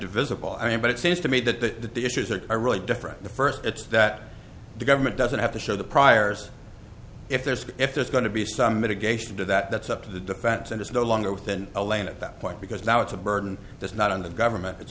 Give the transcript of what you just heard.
divisible i mean but it seems to me that the issues that are really different the first it's that the government doesn't have to show the priors if there's if there's going to be some mitigation to that that's up to the defense and it's no longer within a lane at that point because now it's a burden that's not on the government it's